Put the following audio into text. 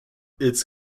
its